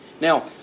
Now